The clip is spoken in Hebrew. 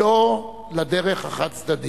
"לא" לדרך החד-צדדית.